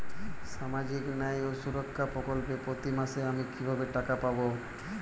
সামাজিক ন্যায় ও সুরক্ষা প্রকল্পে প্রতি মাসে আমি কিভাবে টাকা পাবো?